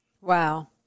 Wow